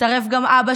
הצטרף גם ברוך,